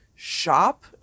shop